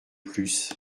plus